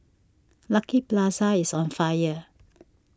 Lucky Plaza is on fire